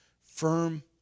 firm